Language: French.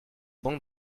bon